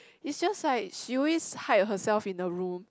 it's just like she always hide herself in the room